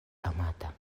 amata